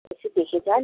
এসে দেখে যান